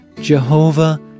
Jehovah